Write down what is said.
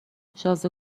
شازده